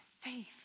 faith